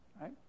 right